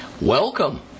Welcome